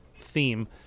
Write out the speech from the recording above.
theme